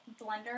blender